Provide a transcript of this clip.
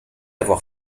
avoir